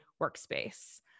workspace